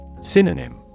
Synonym